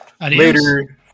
Later